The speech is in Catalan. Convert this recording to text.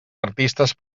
artistes